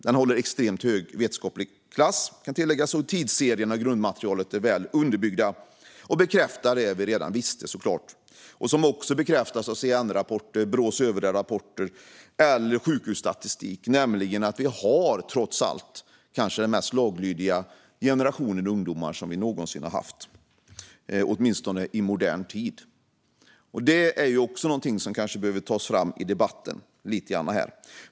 Den håller extremt hög vetenskaplig klass, kan tilläggas. Tidsserierna är väl underbyggda, grundmaterialet är stort och studien bekräftar det vi redan visste, och som också bekräftas av CAN-rapporter, Brås övriga rapporter och sjukhusstatistik, nämligen att vi trots allt har den kanske mest laglydiga generation ungdomar vi någonsin har haft, åtminstone i modern tid. Det är också någonting som kanske behöver tas fram i debatten.